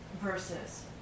versus